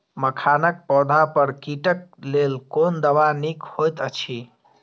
मखानक पौधा पर कीटक लेल कोन दवा निक होयत अछि?